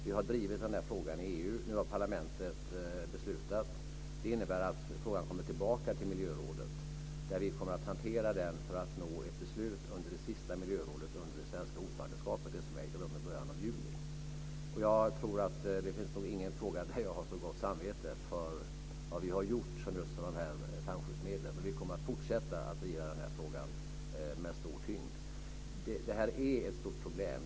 Vi har drivit den här frågan i EU, och nu har parlamentet fattat beslut. Det innebär att frågan kommer tillbaka till miljörådet, där vi kommer att hantera den för att nå ett beslut i början av juni vid det sista miljörådsmötet under det svenska ordförandeskapet. Det finns nog ingen fråga där jag har så gott samvete för det som vi har gjort som vad gäller flamskyddsmedlen. Vi kommer att fortsätta att driva den här frågan med stor tyngd. Det gäller ett stort problem.